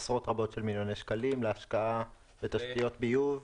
על עשרות רבות של מיליוני שקלים להשקעה בתשתיות ביוב.